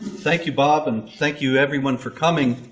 thank you bob and thank you everyone for coming.